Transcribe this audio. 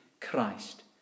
Christ